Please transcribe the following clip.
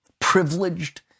privileged